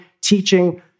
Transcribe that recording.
teaching